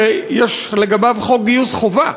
שיש לגביו חוק גיוס חובה,